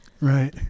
Right